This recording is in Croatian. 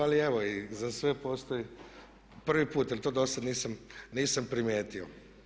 Ali evo i za sve postoji prvi put jer to do sad nisam primijetio.